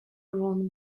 wrong